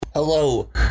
Hello